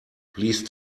please